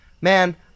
man